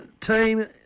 team